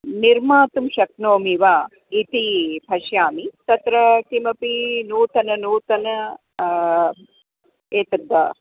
निर्मातुं शक्नोमि वा इति पश्यामि तत्र किमपि नूतनं नूतनम् एतद्